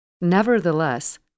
Nevertheless